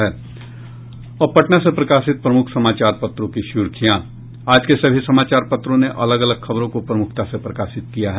अब पटना से प्रकाशित प्रमुख समाचार पत्रों की सुर्खियां आज के सभी समाचार पत्रों ने अलग अलग खबरों को प्रमुखता से प्रकाशित किया है